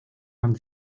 man